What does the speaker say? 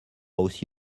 aussi